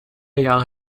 jahre